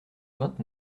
vingt